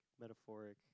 metaphoric